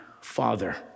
father